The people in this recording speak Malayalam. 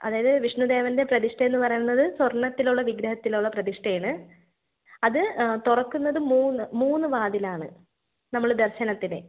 അതായത് വിഷ്ണുദേവൻ്റെ പ്രതിഷ്ഠയെന്നു പറയുന്നത് സ്വർണ്ണത്തിലുള്ള വിഗ്രഹത്തിലുള്ള പ്രതിഷ്ഠയാണ് അത് തുറക്കുന്നത് മൂന്നു മൂന്ന് വാതിലാണ് നമ്മൾ ദർശനത്തിന്